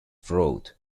wrote